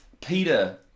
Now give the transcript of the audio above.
Peter